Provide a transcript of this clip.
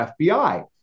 FBI